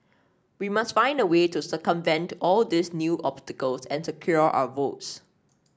we must find a way to circumvent all these new obstacles and secure our votes